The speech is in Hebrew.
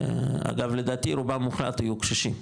אגב, לדעתי רובם המוחלט יהיו קשישים,